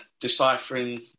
deciphering